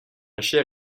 chair